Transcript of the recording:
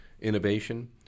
innovation